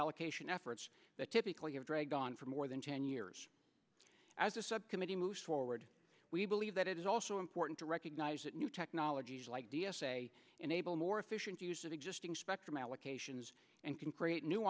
allocation efforts that typically have dragged on for more than ten years as a subcommittee moves forward we believe that it is also important to recognize that new technologies like d s a enable more efficient use of existing spectrum allocations and can create new